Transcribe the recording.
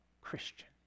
Christian